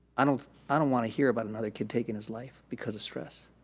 i don't i don't wanna hear about another kid taking his life because of stress.